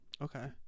Okay